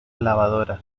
lavadoras